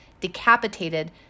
decapitated